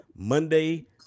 Monday